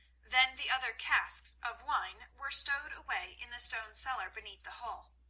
then the other casks of wine were stowed away in the stone cellar beneath the hall.